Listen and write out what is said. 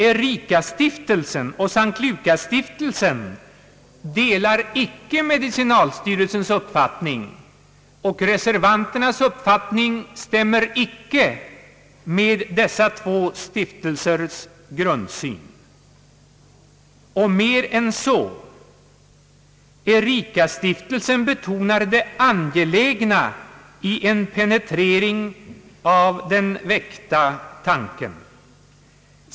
Ericastiftelsen och S:t Lukasstiftelsen delar emellertid icke medicinalstyrelsens uppfattning, och reservanternas uppfattning stämmer icke med dessa två stiftelsers grundsyn. Och mer än så: Ericastiftelsen betonar det angelägna i en penetrering av den väckta tanken.